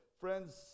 Friends